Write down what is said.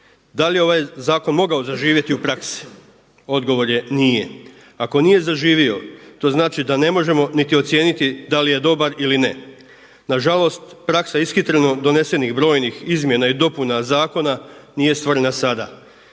da li je ovaj zakon mogao zaživjeti u praksi? Odgovor je nije. Ako nije zaživio to znači da ne možemo niti ocijeniti da li je dobar ili ne. Na žalost praksa ishitreno donesenih brojnih izmjena i dopuna zakona nije stvorena sada,